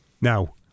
Now